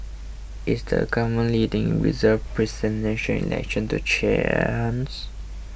is the govt leading reserved Election to chance